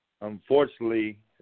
Unfortunately